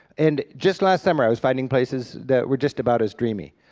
and just last summer i was finding places that were just about as dreamy.